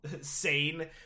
sane